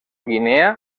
guinea